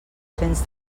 cents